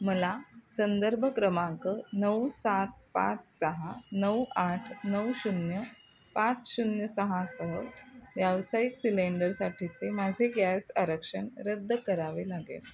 मला संदर्भ क्रमांक नऊ सात पाच सहा नऊ आठ नऊ शून्य पाच शून्य सहा सह व्यावसायिक सिलेंडरसाठीचे माझे गॅस आरक्षण रद्द करावे लागेल